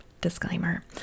disclaimer